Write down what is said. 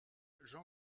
jean